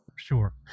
Sure